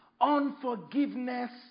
Unforgiveness